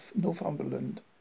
Northumberland